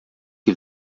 que